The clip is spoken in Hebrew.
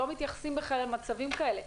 לא מתייחסים בכלל למצבים כאלה.